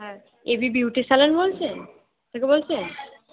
হ্যাঁ AV beauty salon বলছেন থেকে বলছেন